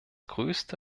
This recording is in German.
größte